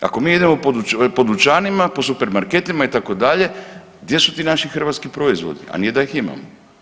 Ako mi idemo po dućanima, po supermarketima, itd., gdje su ti naši hrvatski proizvodi, a nije da ih imamo?